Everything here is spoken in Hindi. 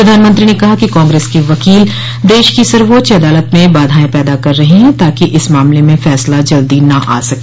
प्रधानमंत्री ने कहा कि कांग्रेस के वकील देश की सर्वोच्च अदालत में बाधाएं पैदा कर रहे हैं ताकि इस मामले में फैसला जल्दो न आ सके